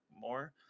more